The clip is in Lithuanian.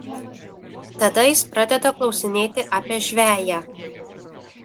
tada jis pradeda klausinėti apie žveję